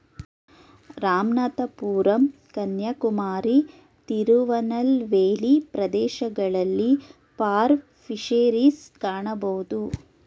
ರಾಮನಾಥಪುರಂ ಕನ್ಯಾಕುಮಾರಿ, ತಿರುನಲ್ವೇಲಿ ಪ್ರದೇಶಗಳಲ್ಲಿ pearl fisheries ಕಾಣಬೋದು